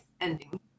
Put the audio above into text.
ending